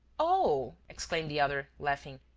oh, exclaimed the other, laughing,